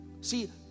see